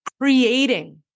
creating